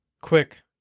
quick